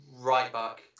Right-back